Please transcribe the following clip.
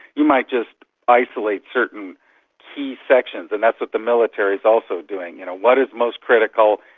you might just isolate certain key sections, and that's what the military is also doing, you know, what is most critical?